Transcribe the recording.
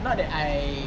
not that I